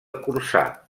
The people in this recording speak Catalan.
corçà